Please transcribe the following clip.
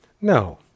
No